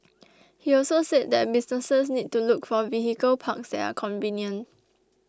he also said that businesses need to look for vehicle parks that are convenient